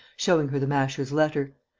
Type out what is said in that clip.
showing her the masher's letter.